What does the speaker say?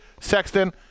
Sexton